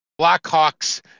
Blackhawks